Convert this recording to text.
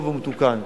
טוב ומתוקן.